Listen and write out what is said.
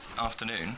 afternoon